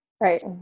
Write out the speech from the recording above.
Right